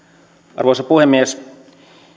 arvoisa puhemies